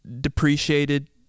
depreciated